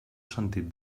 sentit